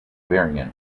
variant